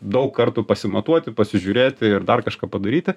daug kartų pasimatuoti pasižiūrėti ir dar kažką padaryti